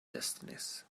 destinies